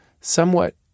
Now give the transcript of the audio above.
somewhat